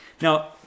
Now